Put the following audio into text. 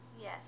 Yes